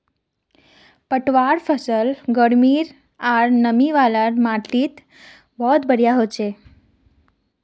पटवार फसल गर्मी आर नमी वाला माटीत बहुत बढ़िया हछेक